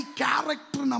character